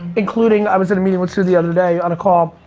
including, i was at a meeting with sue the other day on a call,